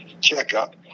Checkup